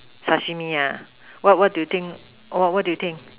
Sashimi what what do you think what what do you think